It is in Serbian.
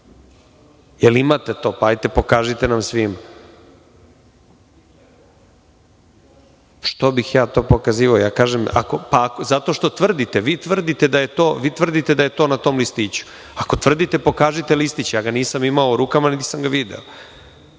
Jel imate to? Pa, hajdete, pokažite nam svima. Što bih ja to pokazivao? Zato što tvrdite, vi tvrdite da je to na tom listiću. Ako tvrdite, pokažite listić. Ja ga nisam imao u rukama nego sam ga video,